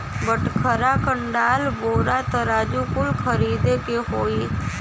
बटखरा, कंडाल, बोरा, तराजू कुल खरीदे के होई